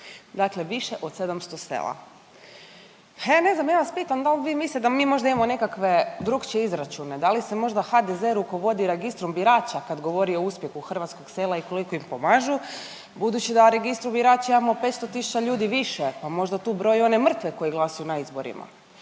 Dakle više od 700 sela. Ha ja ne znam, ja vas pitam, da li vi mislite da mi možda imamo nekakve drukčije izračune? Da li se možda HDZ rukovodi registrom birača kad govori o uspjehu hrvatskog sela i koliko im pomažu, budući da u registru birača imamo 500 tisuća ljudi više pa možda tu broji i one mrtve koji glasuju na izborima.